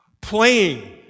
playing